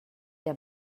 der